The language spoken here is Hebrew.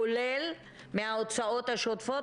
כולל מההוצאות השוטפות,